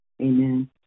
Amen